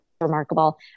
remarkable